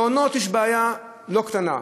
במעונות יש בעיה לא קטנה.